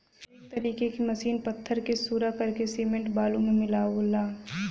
एक तरीके की मसीन पत्थर के सूरा करके सिमेंट बालू मे मिलावला